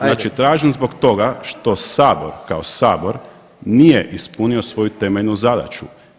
Znači tražim zbog toga što Sabor kao Sabor nije ispunio svoju temeljnu zadaću.